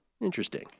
Interesting